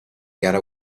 gara